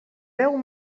beu